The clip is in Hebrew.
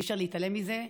אי-אפשר להתעלם מזה,